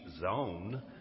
zone